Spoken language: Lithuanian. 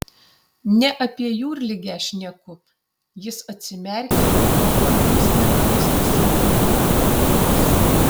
ne apie jūrligę šneku jis atsimerkė ir vargais negalais pasirėmė ant alkūnės